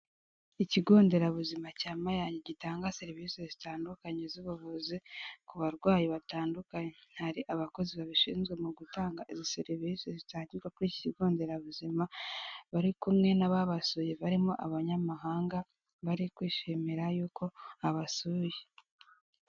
Ikigo nderabuzima cya Mayange gitanga serivisi zitandukanye z'ubuvuzi ku barwayi batandukanye. Hari abakozi babishinzwe mu gutanga izi serivisi zitangirwa kuri iki kigo nderabuzima, bari kumwe n'ababasuye barimo abanyamahanga, bari kwishimira yuko babasuye.